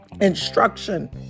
instruction